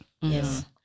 yes